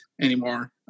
anymore